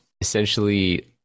essentially